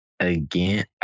again